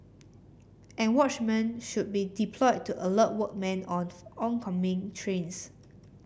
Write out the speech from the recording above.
and watchmen should be deployed to alert workmen of oncoming trains